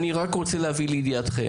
אני רק רוצה להביא לידיעתכם,